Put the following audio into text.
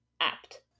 apt